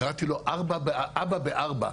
קראתי לו "אבא בארבע",